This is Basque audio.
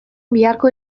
biharko